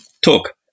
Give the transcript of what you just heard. Talk